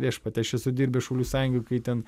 viešpatie aš esu dirbęs šaulių sąjungoj kai ten